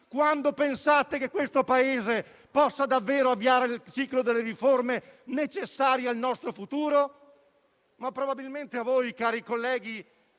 quando pensate che questo Paese possa davvero avviare il ciclo delle riforme necessarie al nostro futuro? Probabilmente a voi, cari colleghi